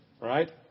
right